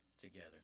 together